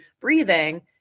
breathing